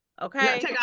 Okay